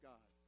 God